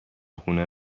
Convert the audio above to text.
خونه